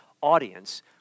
audience